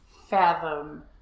fathom